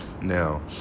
Now